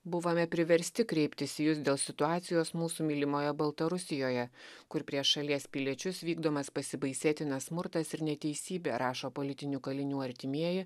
buvome priversti kreiptis į jus dėl situacijos mūsų mylimoje baltarusijoje kur prieš šalies piliečius vykdomas pasibaisėtinas smurtas ir neteisybė rašo politinių kalinių artimieji